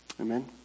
Amen